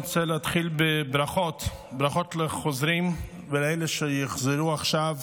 אני רוצה להתחיל בברכות לחוזרים ולאלה שיחזרו עכשיו